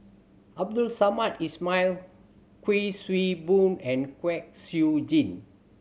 Abdul Samad Ismail Kuik Swee Boon and Kwek Siew Jin